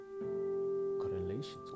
correlations